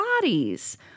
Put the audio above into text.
bodies